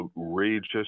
outrageous